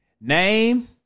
Name